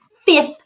fifth